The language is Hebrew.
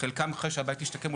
חלקם אחרי שהבית השתקם,